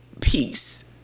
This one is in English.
peace